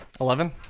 Eleven